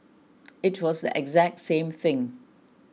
it was the exact same thing